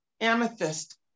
amethyst